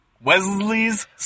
Wesley's